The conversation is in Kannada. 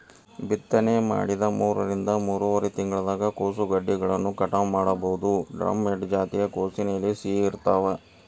ಬಿತ್ತನೆ ಮಾಡಿದ ಮೂರರಿಂದ ಮೂರುವರರಿ ತಿಂಗಳದಾಗ ಕೋಸುಗೆಡ್ಡೆಗಳನ್ನ ಕಟಾವ ಮಾಡಬೋದು, ಡ್ರಂಹೆಡ್ ಜಾತಿಯ ಕೋಸಿನ ಎಲೆ ಸಿಹಿ ಇರ್ತಾವ